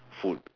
food